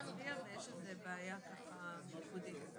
התנאי הוא שהמרכז מוכר על ידי ארגון גג.